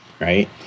right